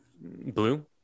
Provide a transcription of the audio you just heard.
Blue